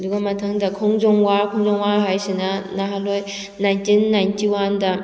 ꯑꯗꯨꯒ ꯃꯊꯪꯗ ꯈꯣꯡꯖꯣꯝ ꯋꯥꯔ ꯈꯣꯡꯖꯣꯝ ꯋꯥꯔ ꯍꯥꯏꯁꯤꯅ ꯅꯍꯥꯟꯋꯥꯏ ꯅꯥꯏꯟꯇꯤꯟ ꯅꯥꯏꯟꯇꯤ ꯋꯥꯟꯗ